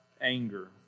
anger